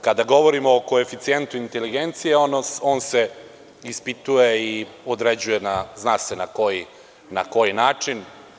Kada govorimo o koeficijentu inteligencije, on se ispituje i određuje, zna se na koji način.